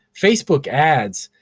facebook ads,